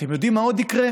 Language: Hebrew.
אתם יודעים מה עוד יקרה?